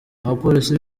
abapolisi